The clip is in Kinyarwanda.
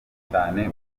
cyane